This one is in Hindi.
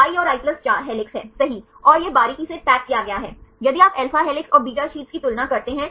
इन 3 निर्देशांक को लें और आप समान समीकरण का उपयोग कर सकते हैं सही और फिर आप प्लेन के समीकरण की गणना कर सकते हैं